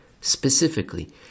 specifically